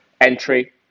entry